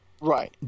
right